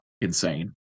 insane